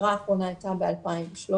ההכשרה האחרונה הייתה ב-2013.